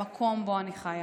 במקום שבו אני חיה.